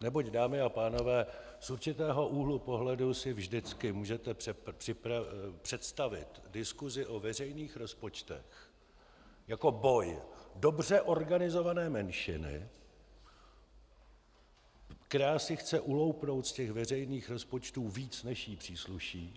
Neboť, dámy a pánové, z určitého úhlu pohledu si vždycky můžete představit diskusi o veřejných rozpočtech jako boj dobře organizované menšiny, která si chce uloupnout z těch veřejných rozpočtů víc, než jí přísluší,